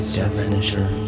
definition